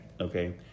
okay